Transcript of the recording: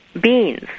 beans